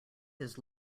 his